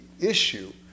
issue